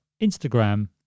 Instagram